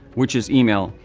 which is, email.